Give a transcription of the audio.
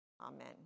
Amen